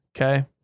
Okay